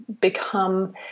become